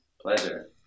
Pleasure